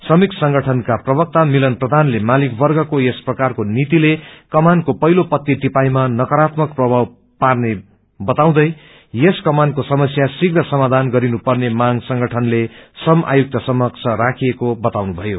श्रमिक संगठनका प्रक्त मिलन प्रधानले मालिक वर्गको यस प्रकारको नीतिले कमानको पहिलो पत्ती टिपाईमा नकरात्मक प्रभाव पर्ने बताउँदै यस कमानको समस्या श्रीप्र समाधान गर्नुपर्ने मांग संगठनले श्रम उपायुक्तसमक्ष राखिएको बताउनुभयो